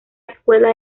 escuela